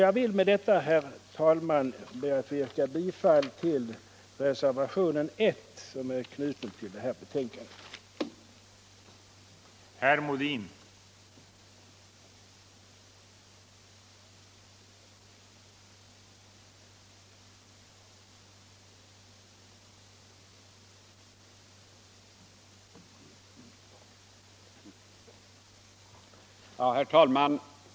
Jag vill med detta, herr talman, be att få yrka bifall till reservationen I, som är knuten till konstitutionsutskottets betänkande.